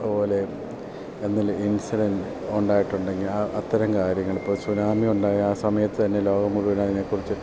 അതുപോലെ എന്തേലും ഇൻസിഡൻ ഉണ്ടായിട്ട് ഉണ്ടെങ്കിൽ ആ അത്തരം കാര്യങ്ങൾ ഇപ്പോൾ സുനാമി ഉണ്ടായ ആ സമയത്ത് തന്നെ ലോകം മുഴുവൻ അതിനെക്കുറിച്ച്